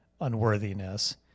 unworthiness